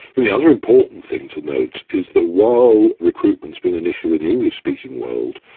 and the other important thing to note is that while recruitment's been an issue in the english-speaking world,